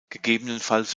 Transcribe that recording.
gegebenenfalls